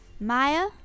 Maya